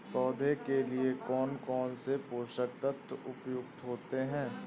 पौधे के लिए कौन कौन से पोषक तत्व उपयुक्त होते हैं?